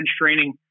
training